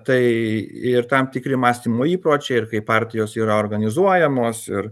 tai ir tam tikri mąstymo įpročiai ir kaip partijos yra organizuojamos ir